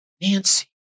Nancy